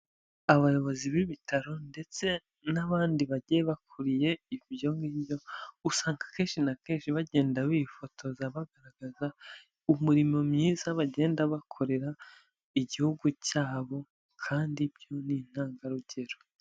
Abayobozi b'ibitaro ndetse n'abandi bagiye bakuriye ibyo ngibyo, usanga akenshi na kenshi bagenda bifotoza bagaragaza umurimo mwiza bagenda bakorera igihugu cyabo kandi byo ni intangarugero.